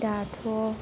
दाथ'